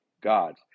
gods